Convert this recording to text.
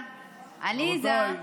עליזה,